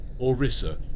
Orissa